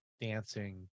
dancing